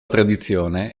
tradizione